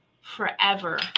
forever